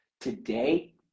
today